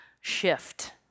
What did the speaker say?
shift